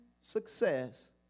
success